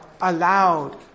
allowed